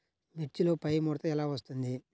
మిర్చిలో పైముడత ఎలా వస్తుంది?